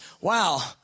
wow